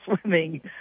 swimming